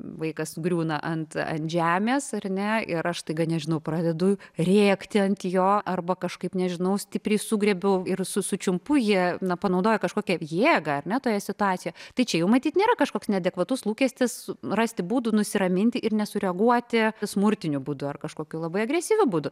vaikas griūna ant ant žemės ar ne ir aš staiga nežinau pradedu rėkti ant jo arba kažkaip nežinau stipriai sugriebiau ir sučiumpu jį na panaudoju kažkokią jėgą ar ne toje situacijoje tai čia jau matyt nėra kažkoks neadekvatus lūkestis rasti būdų nusiraminti ir nesureaguoti smurtiniu būdu ar kažkokiu labai agresyviu būdu